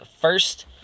first